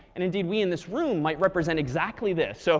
and indeed we, in this room, might represent exactly this. so